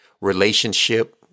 relationship